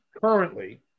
currently